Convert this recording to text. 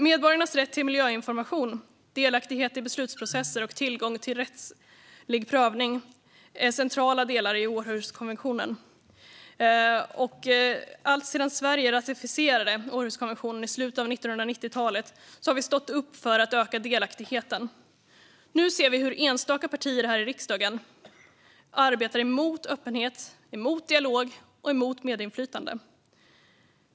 Medborgarnas rätt till miljöinformation, delaktighet i beslutsprocesser och tillgång till rättslig prövning är centrala delar i Århuskonventionen. Alltsedan Sverige ratificerade Århuskonventionen i slutet av 1990-talet har vi stått upp för att öka delaktigheten. Nu ser vi hur enstaka partier här i riksdagen arbetar emot öppenhet, dialog och medinflytande.